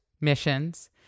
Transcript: missions